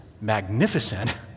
magnificent